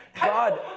God